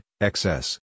excess